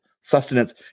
sustenance